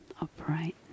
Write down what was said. upright